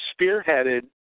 spearheaded